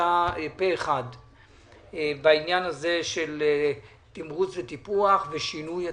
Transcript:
החלטה פה אחד בעניין של תמרוץ וטיפוח ושינוי התקנות.